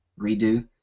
redo